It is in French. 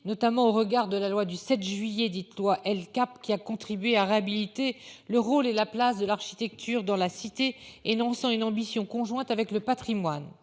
notamment au regard de la loi du 7 juillet, dite loi elle cap qui a contribué à réhabiliter le rôle et la place de l'architecture dans la cité et non sans une ambition conjointe avec le Patrimoine